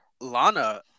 Lana